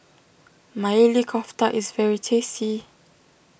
Maili Kofta is very tasty